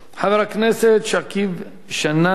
חבר הכנסת שכיב שנאן,